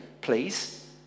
please